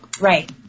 Right